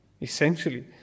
essentially